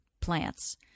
plants